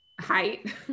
height